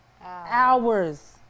hours